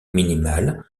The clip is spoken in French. minimal